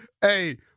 Hey